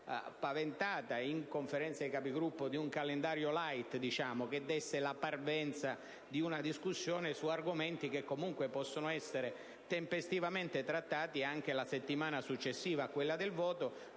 prospettata in Conferenza dei Capigruppo, di un calendario *light*, che desse la parvenza di una discussione su argomenti che comunque possono essere tempestivamente trattati anche la settimana successiva a quella del voto,